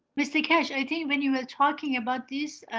mr keshe, i think when you were talking about this.